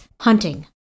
hunting